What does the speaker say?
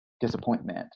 disappointment